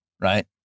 right